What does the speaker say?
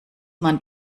man